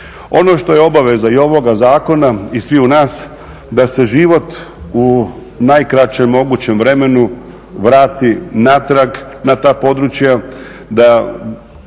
Ono što je obaveza i ovoga zakona i sviju nas da se život u najkraćem mogućem vremenu vrati natrag na ta područja, da